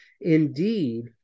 Indeed